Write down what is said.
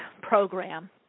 program